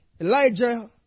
Elijah